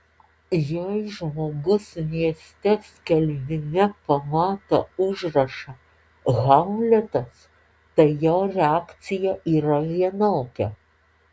jei žmogus mieste skelbime pamato užrašą hamletas tai jo reakcija yra vienokia